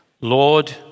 Lord